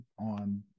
on